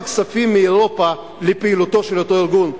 כספים מאירופה לפעילותו של אותו ארגון?